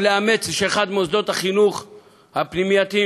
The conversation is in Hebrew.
או שאחד ממוסדות החינוך הפנימייתיים,